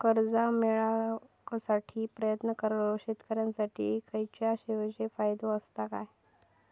कर्जा मेळाकसाठी प्रयत्न करणारो शेतकऱ्यांसाठी खयच्या विशेष फायदो असात काय?